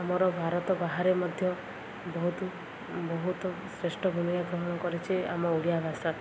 ଆମର ଭାରତ ବାହାରେ ମଧ୍ୟ ବହୁତ ବହୁତ ଶ୍ରେଷ୍ଠ ଭୂମିକା ଗ୍ରହଣ କରିଛେ ଆମ ଓଡ଼ିଆ ଭାଷା